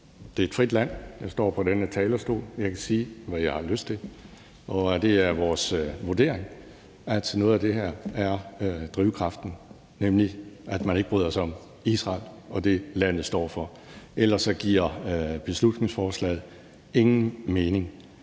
Det er et frit land. Jeg står på denne talerstol. Jeg kan sige, hvad jeg har lyst til. Og det er vores vurdering, at noget af det her er drivkraften, nemlig at man ikke bryder sig om Israel og det, landet står for. Ellers giver beslutningsforslaget ingen mening.